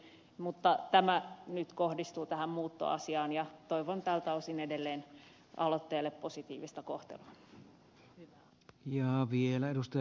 mutta tämä nyt kohdistuu tähän muuttoasiaan ja toivon tältä osin edelleen aloitteelle positiivista kohtelua